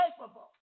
capable